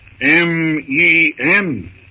M-E-N